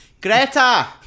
Greta